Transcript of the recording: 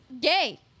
gay